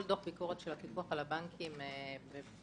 כל דוח ביקורת של הפיקוח על הבנקים מנותח